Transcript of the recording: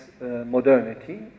modernity